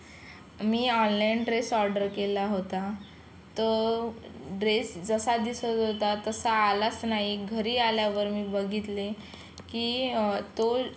मी online dress order केला होता तो ड्रेस जसा दिसत होता तसा आलाच नाही घरी आल्यावर मी बघितले की तो